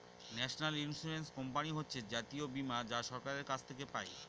national Insurance Company হচ্ছে জাতীয় বীমা যা সরকারের কাছ থেকে পাই